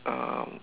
um